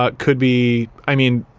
ah could be, i mean,